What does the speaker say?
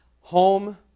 Home